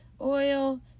Oil